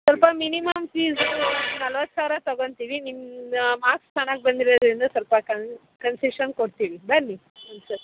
ಸ್ವಲ್ಪ minimum fees ನಲ್ವತ್ತು ಸಾವಿರ ತೊಗೊಂತೀವಿ ನಿಮ್ಮ ಮಾರ್ಕ್ಸ್ ಚೆನ್ನಾಗಿ ಬಂದಿರೋದರಿಂದ ಸ್ವಲ್ಪ ಕನ್ ಕನ್ಸೆಷನ್ ಕೊಡ್ತೀವಿ ಬನ್ನಿ ಒಂದು ಸರ್ತಿ